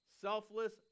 Selfless